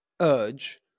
urge